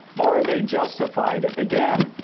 are they justified? again,